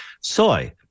Soy